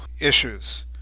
issues